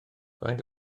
faint